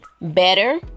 better